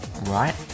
Right